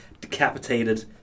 decapitated